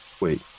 Wait